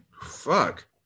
fuck